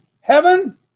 heaven